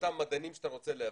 לאותם מדענים שאתה רוצה להביא.